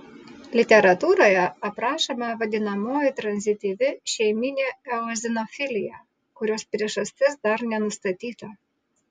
literatūroje aprašoma vadinamoji tranzityvi šeiminė eozinofilija kurios priežastis dar nenustatyta